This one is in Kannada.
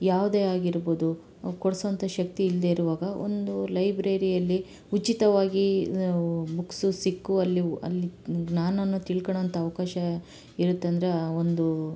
ಯಾವುದೇ ಆಗಿರ್ಬೋದು ಕೊಡ್ಸುವಂಥ ಶಕ್ತಿ ಇಲ್ಲದೇ ಇರುವಾಗ ಒಂದು ಲೈಬ್ರೆರಿಯಲ್ಲಿ ಉಚಿತವಾಗಿ ಬುಕ್ಸು ಸಿಕ್ಕುವಲ್ಲಿ ಅಲ್ಲಿ ಜ್ಞಾನನ್ನ ತಿಳ್ಕಳಾಂಥ ಅವಕಾಶ ಇರುತ್ತಂದರೆ ಆ ಒಂದು